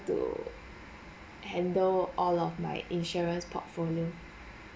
to handle all of my insurance portfolio